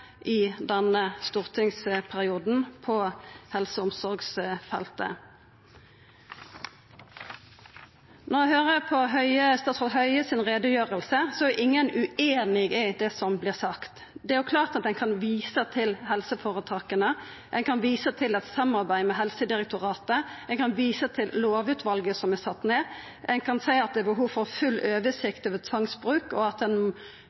i denne stortingsperioden på helse- og omsorgsfeltet. Når eg høyrer på statsråd Høies utgreiing, er ingen ueinige i det som vert sagt. Det er klart at ein kan visa til helseføretaka, ein kan visa til eit samarbeid med Helsedirektoratet, ein kan visa til lovutvalet som er sett ned, ein kan seia at det er behov for full oversikt over tvangsbruk, og at helseføretaka må laga ein